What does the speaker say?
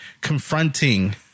confronting